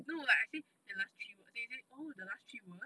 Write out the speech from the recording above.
no like I say the last three word then you say oh the last three words